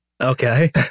Okay